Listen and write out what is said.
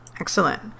Excellent